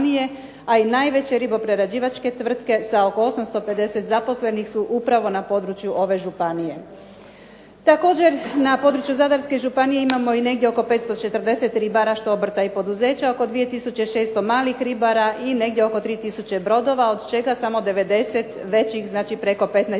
a i najveće riboprerađivačke tvrtke sa oko 850 zaposlenih su upravo na području ove županije. Također na području Zadarske županije imamo negdje oko 540 ribara što obrta i poduzeća oko 2 tisuće 600 malih ribara i negdje oko 2 tisuće brodova od čega samo 90 veći od preko 15